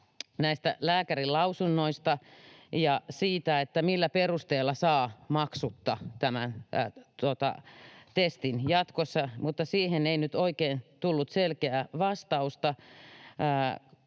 näistä lääkärinlausunnoista ja siitä, millä perusteella saa maksutta testin jatkossa, mutta siihen ei nyt oikein tullut selkeää vastausta.